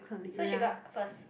so she got first